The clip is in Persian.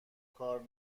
کار